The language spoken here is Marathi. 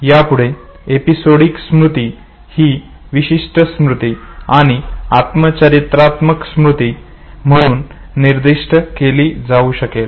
आणि यापुढे एपिसोडिकमध्ये स्मृती ही विशिष्ट स्मृती आणि आत्मचरित्रात्मक स्मृती म्हणून निर्दिष्ट केली जाऊ शकते